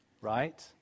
Right